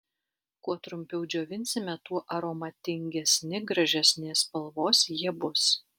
kuo trumpiau džiovinsime tuo aromatingesni gražesnės spalvos jie bus